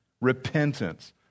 repentance